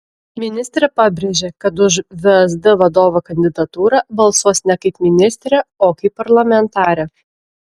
ministrė pabrėžė kad už vsd vadovo kandidatūrą balsuos ne kaip ministrė o kaip parlamentarė